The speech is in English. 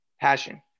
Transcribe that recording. passion